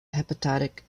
hepatic